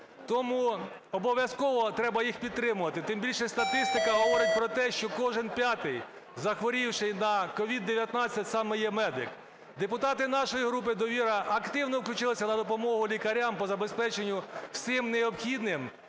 Тому обов'язково треба їх підтримувати. Тим більше статистика говорить про те, що кожен п'ятий, захворівший на COVID-19, саме є медик. Депутати нашої групи "Довіра" активно включилися на допомогу лікарям по забезпеченню всім необхідним,